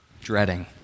dreading